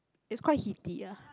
is quite heaty ah